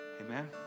amen